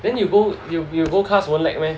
then you go you go class won't lag meh